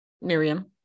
Miriam